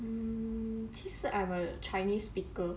mm 其实 I'm a chinese speaker